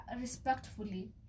Respectfully